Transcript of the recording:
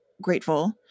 grateful